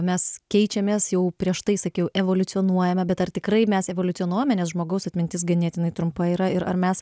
mes keičiamės jau prieš tai sakiau evoliucionuojame bet ar tikrai mes evoliucionuojame nes žmogaus atmintis ganėtinai trumpa yra ir ar mes